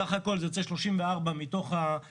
סך הכול זה יוצא 34 מתוך ה-85,